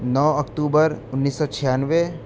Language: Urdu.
نو اکتوبر انیس سو چھیانوے